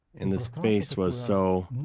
and the space was so,